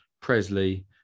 Presley